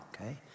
okay